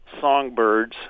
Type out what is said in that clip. songbirds